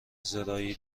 زراعی